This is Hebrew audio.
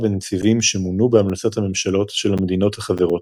בנציבים שמונו בהמלצת הממשלות של המדינות החברות,